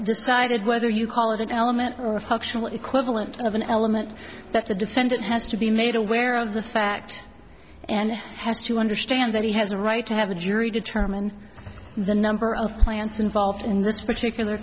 decided whether you call it an element or equivalent of an element that the defendant has to be made aware of the fact and has to understand that he has a right to have a jury determine the number of plants involved in this particular